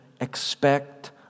expect